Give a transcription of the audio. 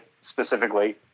specifically